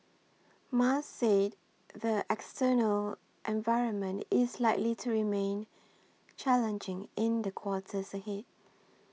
Mas say the external environment is likely to remain challenging in the quarters ahead